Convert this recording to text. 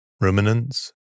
ruminants